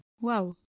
Wow